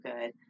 good